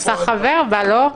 אתה חבר בה, לא?